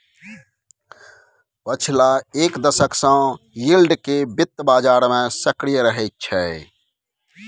पछिला एक दशक सँ यील्ड केँ बित्त बजार मे सक्रिय रहैत छै